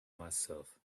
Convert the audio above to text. myself